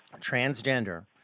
Transgender